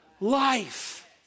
Life